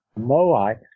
Moai